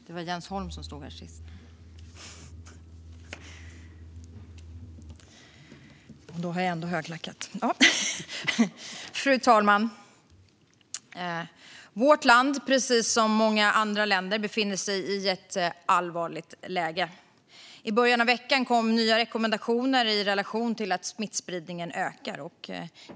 Fru talman! Vårt land, precis som många andra länder, befinner sig i ett allvarligt läge. I början av veckan kom nya rekommendationer i relation till att smittspridningen ökar.